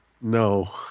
No